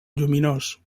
lluminós